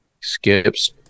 skips